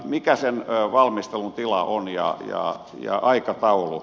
mikä on sen valmistelun tila ja aikataulu